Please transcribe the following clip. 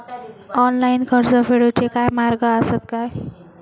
Online कर्ज फेडूचे काय मार्ग आसत काय?